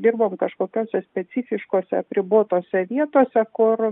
dirbom kažkokiose specifiškuose apribotose vietose kur